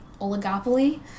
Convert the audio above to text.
oligopoly